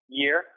year